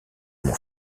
mon